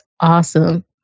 awesome